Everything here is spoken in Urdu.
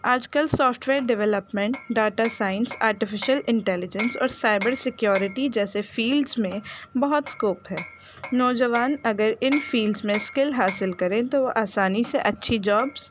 آج کل software development data science artificial intelligence اور سائبر سیکیورٹی جیسے فیلڈس میں بہت اسکوپ ہے نوجوان اگر ان فیلڈس میں اسکل حاصل کریں تو وہ آسانی سے اچھی جابس